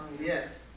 Yes